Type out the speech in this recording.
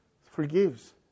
forgives